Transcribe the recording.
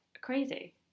crazy